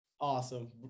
Awesome